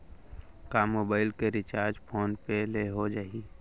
का मोबाइल के recharge phone पे ले हो जाही?